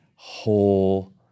Whole